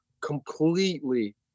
completely